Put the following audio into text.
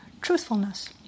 truthfulness